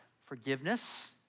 forgiveness